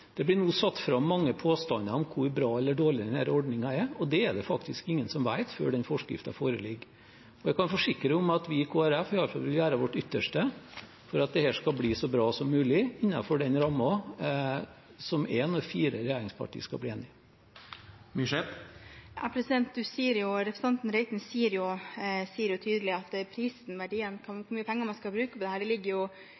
Det blir nå satt fram mange påstander om hvor bra eller dårlig denne ordningen er. Det er det faktisk ingen som vet før forskriften foreligger. Jeg kan forsikre om at vi i Kristelig Folkeparti iallfall vil gjøre vårt ytterste for at dette skal bli så bra som mulig innenfor den rammen som er når fire regjeringspartier skal bli enige. Representanten Reiten sier jo tydelig at prisen, verdien,